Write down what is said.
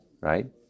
right